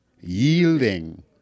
yielding